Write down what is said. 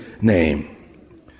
name